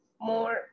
more